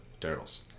turtles